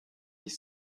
dich